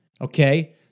okay